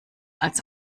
als